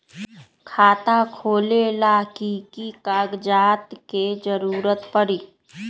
खाता खोले ला कि कि कागजात के जरूरत परी?